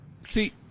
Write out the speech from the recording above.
See